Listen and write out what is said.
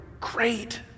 Great